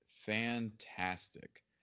Fantastic